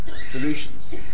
solutions